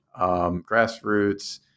grassroots